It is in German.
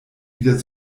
wieder